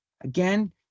again